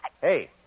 hey